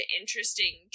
interesting